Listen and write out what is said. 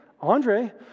Andre